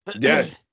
Yes